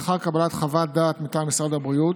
לאחר קבלת חוות דעת מטעם משרד הבריאות,